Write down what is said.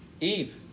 Eve